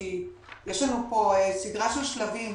יש לנו פה סדרה של שלבים.